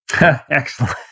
Excellent